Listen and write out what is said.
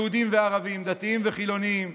יהודים וערבים, דתיים וחילונים,